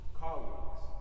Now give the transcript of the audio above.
colleagues